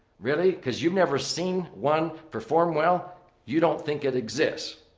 really? because you've never seen one perform well you don't think it exists.